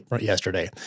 yesterday